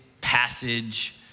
passage